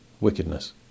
wickedness